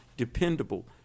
Dependable